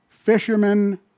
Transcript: Fishermen